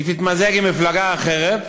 היא תתמזג עם מפלגה אחרת.